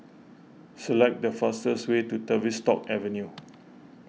select the fastest way to Tavistock Avenue